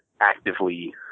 actively